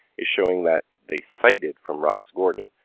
is showing that they cited from ross gordon.